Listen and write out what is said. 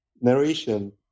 narration